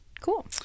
cool